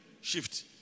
shift